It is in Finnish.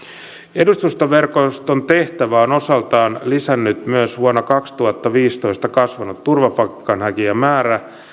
edustustoverkoston tehtävää on osaltaan lisännyt myös vuonna kaksituhattaviisitoista kasvanut turvapaikanhakijamäärä